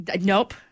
nope